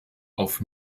auf